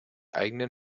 eigenen